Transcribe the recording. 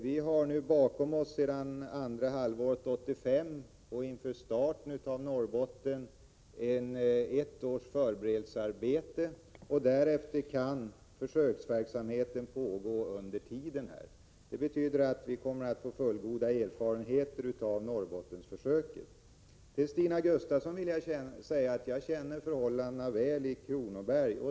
Sedan andra halvåret 1985 har vi inför starten i Norrbotten bakom oss ett års förberedelsearbete, och därefter kan försöksverksamheten pågå under tiden. Det betyder att vi kommer att få fullgoda erfarenheter av Norrbottensförsöket. Till Stina Gustavsson vill jag säga att jag väl känner förhållandena i Kronoberg.